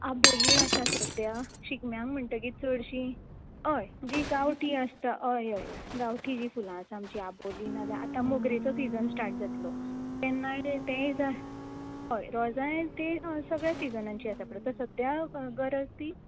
आबोलीं आसा सद्द्या शिगम्यांक म्हणटगेर चड शीं हय जीं गावटीं आसता हय हय हय गांवटी जी फुलां आसा आमचीं आबोली नाजाल्यार आतां मोगरेचो सिजन स्टार्ट जातलो तेन्नाय तेंय जाय हय रॉजांय तें सगळ्या सिजनांची आसा पूण आतां सद्द्या गरज ती